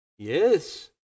yes